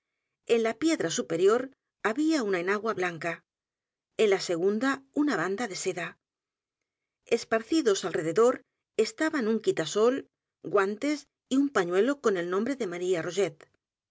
en la piedra superior había una enagua blanca en la segunda una banda de seda esparcidos alrededor estaban un quitasol guantes y un pañuelo con el nombre de maría